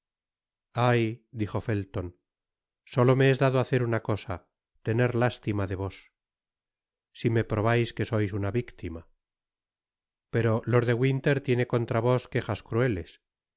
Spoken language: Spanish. ay dijo felton solo me es dado hacer una cosa tener lástima de vos si me probais que sois una victima pero lord de winter tiene contra vos quejas crueles